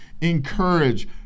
encourage